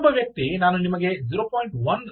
ಇನ್ನೊಬ್ಬ ವ್ಯಕ್ತಿ ನಾನು ನಿಮಗೆ 0